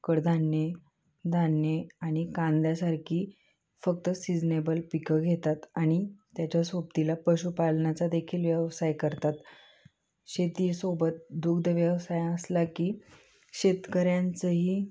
कडधान्ये धान्ये आणि कांद्यासारखी फक्त सीजनेबल पिकं घेतात आणि त्याच्या सोबतीला पशुपालनाचा देखील व्यवसाय करतात शेतीसोबत दुग्ध व्यवसाय असला की शेतकऱ्यांचंही